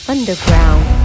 Underground